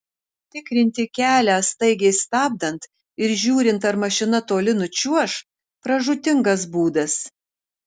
tikrinti kelią staigiai stabdant ir žiūrint ar mašina toli nučiuoš pražūtingas būdas